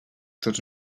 tots